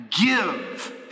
Give